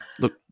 Look